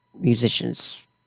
musicians